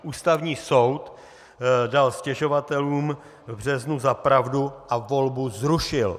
Ústavní soud dal stěžovatelům v březnu za pravdu a volbu zrušil!